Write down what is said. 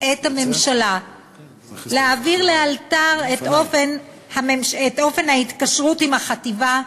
את הממשלה להעביר לאלתר את אופן ההתקשרות עם החטיבה: